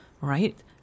right